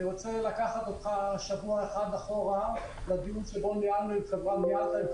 אני רוצה לקחת אותך שבוע אחד אחורה לדיון שניהלנו עם חברת נת"ע